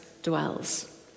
Dwells